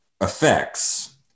effects